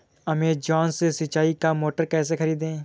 Amazon से सिंचाई का मोटर कैसे खरीदें?